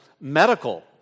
medical